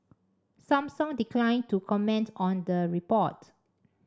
Samsung declined to comment on the report